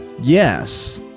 Yes